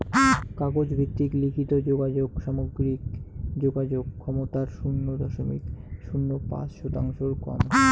কাগজ ভিত্তিক লিখিত যোগাযোগ সামগ্রিক যোগাযোগ ক্ষমতার শুন্য দশমিক শূন্য পাঁচ শতাংশর কম